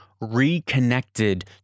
reconnected